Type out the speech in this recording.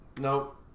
nope